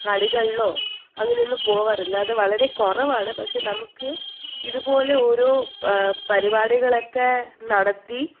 കാലികളിലോ അങ്ങനെയൊന്നും പോവാറില്ല അത് വളരെ കുറവാണ് പക്ഷേ നമുക്ക് ഇതുപോലെ ഓരോ പരിപാടികളൊക്കെ നടത്തി